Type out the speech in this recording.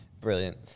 brilliant